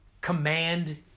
Command